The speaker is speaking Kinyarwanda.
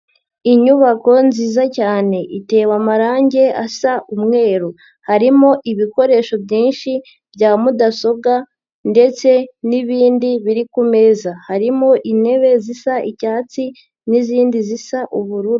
Inyubako nziza cyane itewe amarangi asa umweru, harimo ibikoresho byinshi bya mudasobwa ndetse n'ibindi biri ku meza, harimo intebe zisa icyatsi n'izindi zisa ubururu.